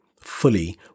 fully